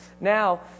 now